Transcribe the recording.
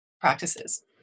practices